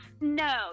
No